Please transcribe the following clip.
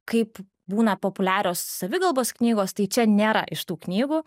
kaip būna populiarios savigalbos knygos tai čia nėra iš tų knygų